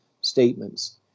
statements